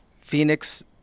Phoenix